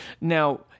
Now